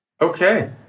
Okay